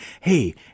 hey